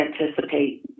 anticipate